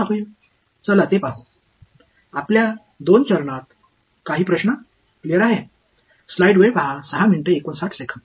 அது நம்மை 2 வது படிக்கு அழைத்துச் செல்லும் என்று பார்ப்போம் ஏதாவது கேள்விகள்